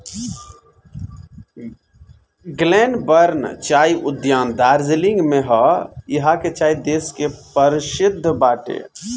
Glenburn चाय उद्यान दार्जलिंग में हअ इहा के चाय देश के परशिद्ध बाटे